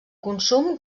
consum